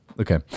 Okay